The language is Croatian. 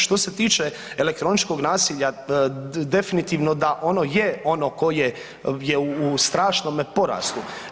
Što se tiče elektroničkog nasilja definitivno da ono je ono koje je u strašnome porastu.